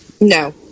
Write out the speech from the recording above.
No